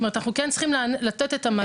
אנחנו כן צריכים לתת את המענה.